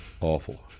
Awful